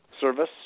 service